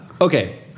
Okay